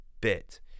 bit